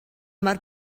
mor